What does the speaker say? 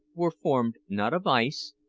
were formed, not of ice,